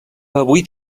avui